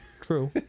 True